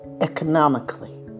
economically